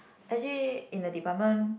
actually in the department